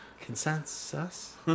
consensus